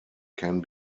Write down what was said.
can